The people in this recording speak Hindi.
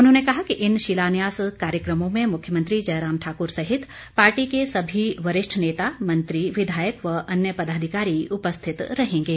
उन्होंने कहा कि इन शिलान्यास कार्यक्रमों में मुख्यमंत्री जयराम ठाकुर सहित पार्टी के सभी वरिष्ठ नेता मंत्री विधायक व अन्य पदाधिकारी उपस्थित रहेंगे